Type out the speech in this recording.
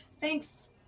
Thanks